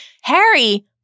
Harry